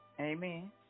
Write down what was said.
Amen